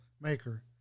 maker